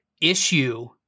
issue